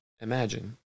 imagine